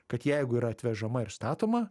kad jeigu yra atvežama ir statoma